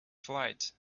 flight